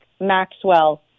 Maxwell